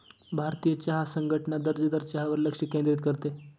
भारतीय चहा संघटना दर्जेदार चहावर लक्ष केंद्रित करते